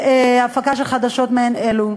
להפקת חדשות מעין אלו.